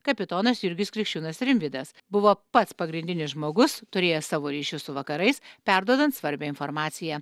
kapitonas jurgis krikščiūnas rimvydas buvo pats pagrindinis žmogus turėjęs savo ryšius su vakarais perduodant svarbią informaciją